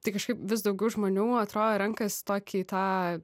tai kažkaip vis daugiau žmonių atro renkas tokį tą